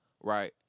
right